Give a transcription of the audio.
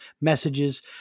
messages